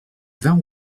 vingt